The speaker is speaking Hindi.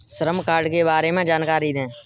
श्रम कार्ड के बारे में जानकारी दें?